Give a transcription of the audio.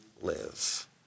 live